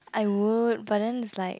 I would but then it's like